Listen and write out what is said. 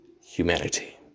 humanity